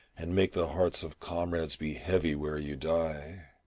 and make the hearts of comrades be heavy where you die.